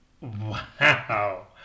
Wow